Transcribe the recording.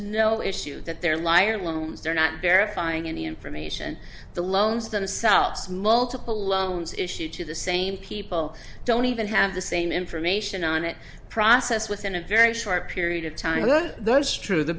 no issue that they're liar loans they're not verifying any information the loans themselves multiple loans issued to the same people don't even have the same information on it processed within a very short period of time those true the